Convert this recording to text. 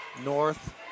North